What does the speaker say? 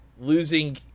losing